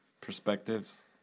perspectives